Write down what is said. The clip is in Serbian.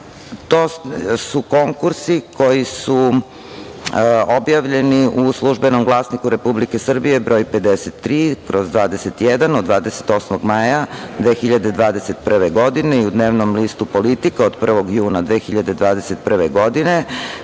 to su konkursi koji su objavljeni u „Službenom glasniku RS“ broj 53/21 od 28. maja 2021. godine i u dnevnom listu „Politika“ od 1. juna 2021. godine